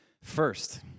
First